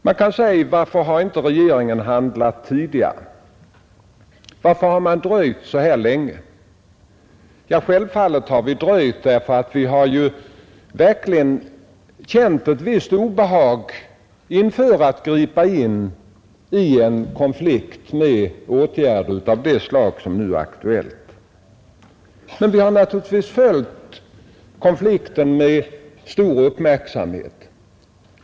Man kan fråga varför inte regeringen har handlat tidigare utan dröjt så här länge. Vi har självfallet dröjt därför att vi verkligen har känt ett visst obehag inför att gripa in i konflikten med sådana åtgärder som nu är aktuella. Men vi har naturligtvis följt konflikten med stor uppmärksamhet.